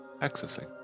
Accessing